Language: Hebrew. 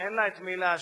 אין לה את מי להאשים,